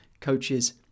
coaches